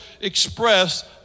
expressed